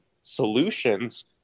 solutions